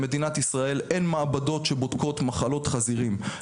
למדינת ישראל אין מעבדות שבודקות מחלות חזירים,